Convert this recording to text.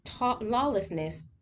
lawlessness